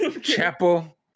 Chapel